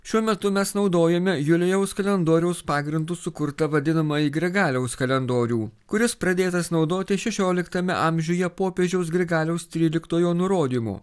šiuo metu mes naudojame julijaus kalendoriaus pagrindu sukurtą vadinamąjį grigaliaus kalendorių kuris pradėtas naudoti šešioliktame amžiuje popiežiaus grigaliaus tryliktojo nurodymu